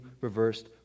reversed